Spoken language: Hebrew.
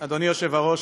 היושב-ראש,